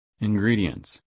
Ingredients